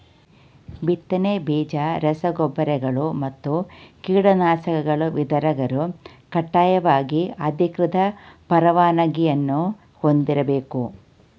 ಬಿತ್ತನೆ ಬೀಜ ರಸ ಗೊಬ್ಬರಗಳು ಮತ್ತು ಕೀಟನಾಶಕಗಳ ವಿತರಕರು ಕಡ್ಡಾಯವಾಗಿ ಅಧಿಕೃತ ಪರವಾನಗಿಯನ್ನೂ ಹೊಂದಿರ್ಬೇಕು